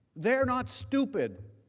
they are not stupid.